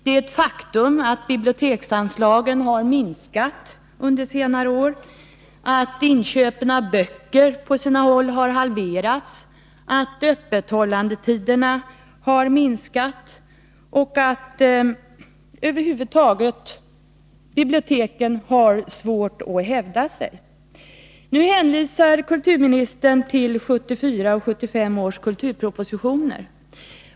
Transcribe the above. Det är ett faktum att biblioteksanslagen har minskat under senare år, att inköpen av böcker på sina håll har halverats, att öppethållandetiderna har minskat och att biblioteken över huvud taget har svårt att hävda sig. Kulturministern hänvisar nu till 1974 och 1975 års kulturpropositioner.